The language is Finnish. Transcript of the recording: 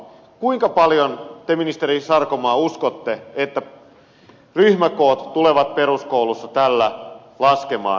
kuinka paljon te ministeri sarkomaa uskotte että ryhmäkoot tulevat peruskoulussa tällä laskemaan